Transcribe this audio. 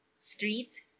Street